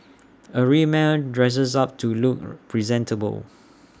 A real man dresses up to look presentable